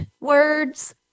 words